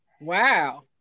Wow